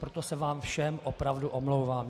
Proto se vám všem opravdu omlouvám.